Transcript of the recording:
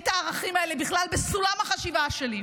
לי אין את הערכים האלה בכלל בסולם החשיבה שלי,